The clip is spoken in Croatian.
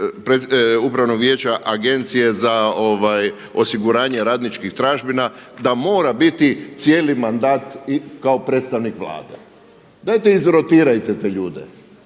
Upravnog vijeća Agencije za osiguranje radničkih tražbina da mora biti cijeli mandat kao predstavnik Vlade. Dajte izrotirajte te ljude